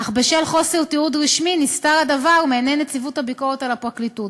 אך בשל חוסר תיעוד רשמי נסתר הדבר מעיני נציבות הביקורת על הפרקליטות.